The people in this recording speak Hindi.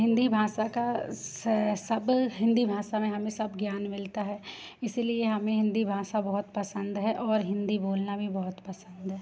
हिन्दी भाषा का सब हिन्दी भाषा में हमें सब ज्ञान मिलता है इसीलिए हमें हिन्दी भाषा बहुत पसंद है और हिन्दी बोलना भी बहुत पसंद है